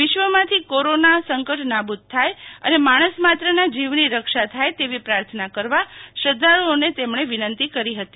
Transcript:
વિશ્વમાંથી corona સંકટ નાબૂદ થાય અને માણસમાત્રના જીવની રક્ષા થાય તેવી પ્રાર્થના કરવા શ્રધ્ધાળુઓને તેમણે વીનંતી કરહી હતી